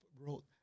wrote